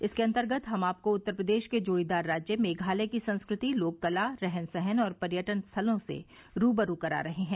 इसके अंतर्गत हम आपको उत्तर प्रदेश के जोड़ीदार राज्य मेघालय की संस्कृति लोक कला रहन सहन और पर्यटन स्थलों से रूबरू करा रहे हैं